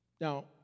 Now